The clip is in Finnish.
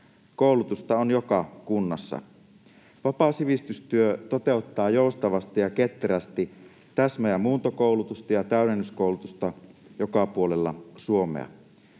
Koulutusta on joka kunnassa. Vapaa sivistystyö toteuttaa joustavasti ja ketterästi täsmä- ja muuntokoulutusta ja täydennyskoulutusta joka puolella Suomea.